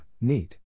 neat